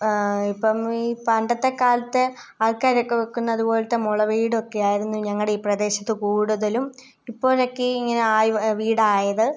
ഇപ്പം ഈ പണ്ടത്തെ കാലത്തെ ആൾക്കാരൊക്കെ വെക്കുന്ന അതുപോലത്തെ മുള വീടൊക്കെയായിരുന്നു ഞങ്ങളുടെയീ പ്രദേശത്തു കൂടുതലും ഇപ്പോഴൊക്കെയിങ്ങനെ ആയ് വീടായത്